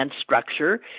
structure